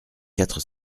quatre